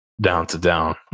down-to-down